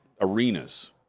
arenas